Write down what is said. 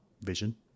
vision